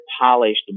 polished